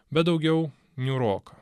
bet daugiau niūroka